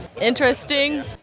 Interesting